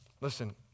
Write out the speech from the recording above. listen